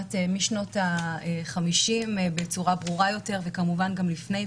משנות ה-50 בצורה ברורה יותר וכמובן גם לפני,